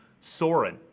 soren